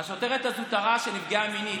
השוטרת הזוטרה שנפגעה מינית,